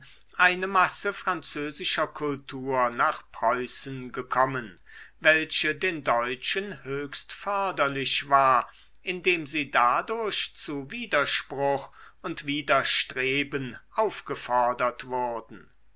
eine masse französischer kultur nach preußen gekommen welche den deutschen höchst förderlich ward indem sie dadurch zu widerspruch und widerstreben aufgefordert wurden